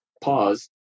pause